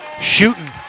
shooting